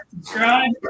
subscribe